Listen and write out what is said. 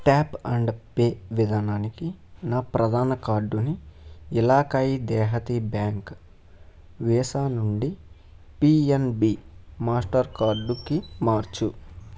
tap and pay విధానానికి నా ప్రధాన కార్డుని ఇలాకాయి దెహాతీ బ్యాంక్ వీసా నుండి పిఎన్బి మాస్టర్ కార్డుకి మార్చు